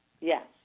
Yes